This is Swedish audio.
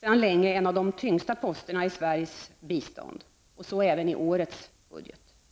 sedan länge en av de tyngsta posterna i Sveriges bistånd, och så är fallet även i årets budgetförslag.